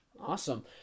Awesome